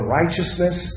righteousness